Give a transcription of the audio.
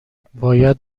باید